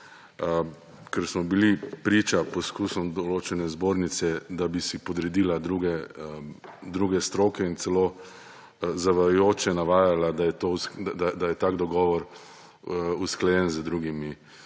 ker smo bili priča poskusom določene zbornice, da bi si podredila druge stroke, in je celo zavajajoče navajala, da je tak dogovor usklajen z drugimi